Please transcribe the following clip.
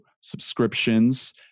subscriptions